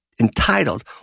entitled